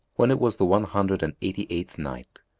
when it was the one hundred and eighty-sixth night,